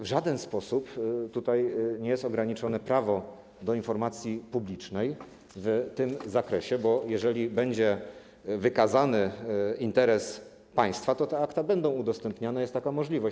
W żaden sposób nie jest ograniczane prawo do informacji publicznej w tym zakresie, bo jeżeli będzie wykazany interes państwa, to te akta będą udostępniane, jest taka możliwość.